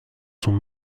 sont